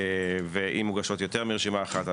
ואם מוגשות יותר מרשימה אחת,